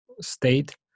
state